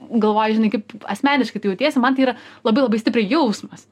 galvoji žinai kaip asmeniškai tu jautiesi man tai yra labai labai stipriai jausmas